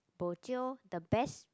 bo jio the best